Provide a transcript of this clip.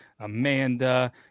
Amanda